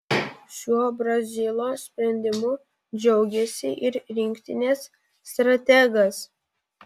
šiuo brazilo sprendimu džiaugėsi ir rinktinės strategas